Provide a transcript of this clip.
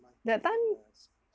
that time